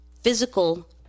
physical